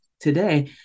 today